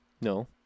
No